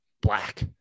black